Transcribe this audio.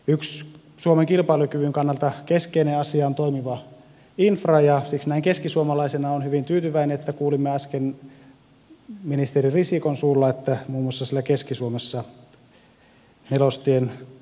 yksi suomen kilpailukyvyn kannalta keskeinen asia on toimiva infra ja siksi näin keskisuomalaisena olen hyvin tyytyväinen että kuulimme äsken ministeri risikon suulla että muun muassa siellä keski suomessa nelostien suunnittelu etenee